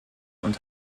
und